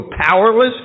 powerless